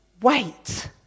wait